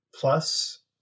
plus